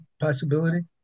possibility